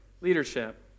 leadership